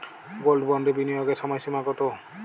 Gold বন্ডে বিনিয়োগের সময়সীমা কতো?